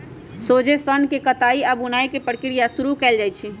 सोझे सन्न के कताई आऽ बुनाई के प्रक्रिया शुरू कएल जाइ छइ